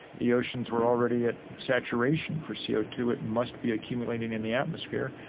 the oceans were already at saturation for c o two. it must be accumulating in the atmosphere.